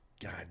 God